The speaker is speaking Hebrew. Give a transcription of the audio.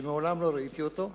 שמעולם לא ראיתי אותו,